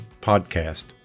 Podcast